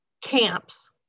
camps